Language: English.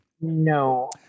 No